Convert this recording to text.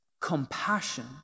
compassion